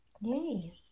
Yay